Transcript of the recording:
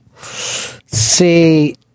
see